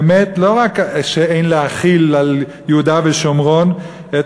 לא רק שאין להחיל על יהודה ושומרון את